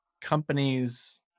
companies